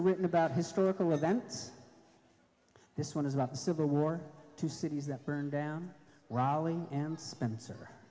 written about historical events this one is about the civil war two cities that burned down riley and